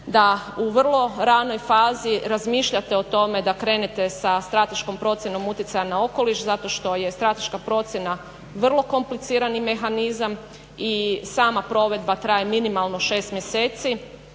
da u vrlo ranoj fazi razmišljate o tome da krenete sa strateškom procjenom utjecaja na okoliš zato što je strateška procjena vrlo komplicirani mehanizam i sama provedba traje minimalno 6 mjeseci,